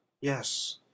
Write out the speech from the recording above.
Yes